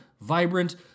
vibrant